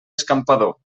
escampador